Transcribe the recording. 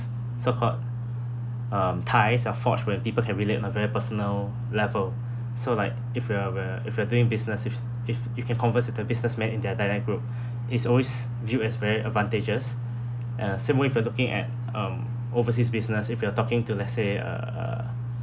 so-called um ties are forged when people can relate a very personal level so like if you are a if you are doing business if if you can converse with the businessman in their dialect group it's always viewed as very advantages uh same way for looking at um overseas business if you are talking to let's say uh uh